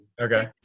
Okay